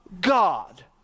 God